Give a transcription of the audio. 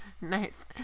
nice